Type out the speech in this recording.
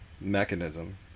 mechanism